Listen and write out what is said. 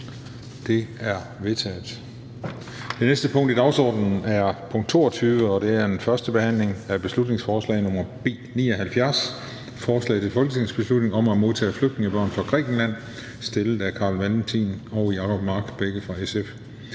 Det er vedtaget. --- Det næste punkt på dagsordenen er: 22) 1. behandling af beslutningsforslag nr. B 79: Forslag til folketingsbeslutning om at modtage flygtningebørn fra Grækenland. Af Carl Valentin (SF) og Jacob Mark (SF).